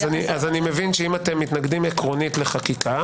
אז אני מבין שאם אתם מתנגדים עקרונית לחקיקה